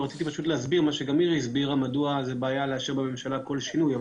רציתי להסביר גם את מה שמירי הסבירה מדוע זה בעיה לאשר בממשלה כל שינוי.